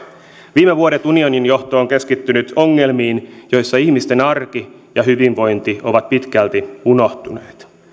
viime vuodet unionin johto on keskittynyt ongelmiin joissa ihmisten arki ja hyvinvointi ovat pitkälti unohtuneet